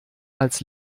als